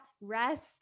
rest